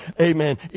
Amen